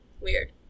Weird